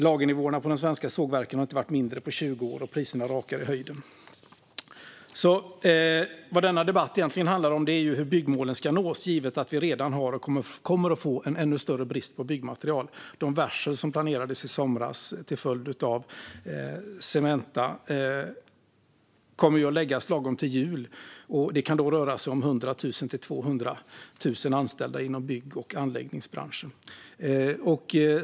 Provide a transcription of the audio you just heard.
Lagernivåerna på de svenska sågverken har inte varit mindre på 20 år, och priserna rakar i höjden. Denna debatt handlar egentligen om hur byggmålen ska nås, givet att vi redan har en brist och kommer att få en ännu större brist på byggmaterial. De varsel som planerades i somras till följd av det som sker med Cementa kommer att läggas lagom till jul. Det kan röra sig om 100 000 till 200 000 anställda inom bygg och anläggningsbranschen.